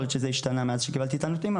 יכול להיות שזה השתנה מאז שקיבלתי את הנתונים,